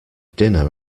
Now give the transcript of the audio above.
dinner